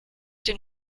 den